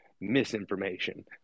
misinformation